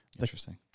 Interesting